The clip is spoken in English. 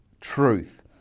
truth